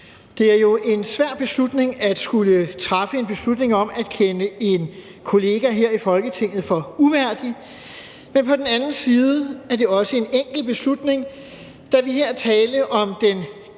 Det er jo svært at skulle træffe en beslutning om at kende en kollega her i Folketinget uværdig, men på den anden side er det også en enkel beslutning, da der her er tale om den